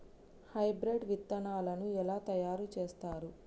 Hybrid విత్తనాలను ఎలా తయారు చేస్తారు?